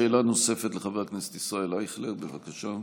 שאלה נוספת, לחבר הכנסת ישראל אייכלר, בבקשה.